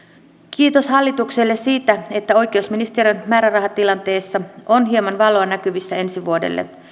kiitos hallitukselle siitä että oikeusministeriön määrärahatilanteessa on hieman valoa näkyvissä ensi vuodelle